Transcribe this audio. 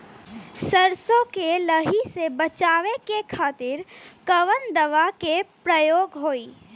सरसो के लही से बचावे के खातिर कवन दवा के प्रयोग होई?